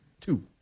Two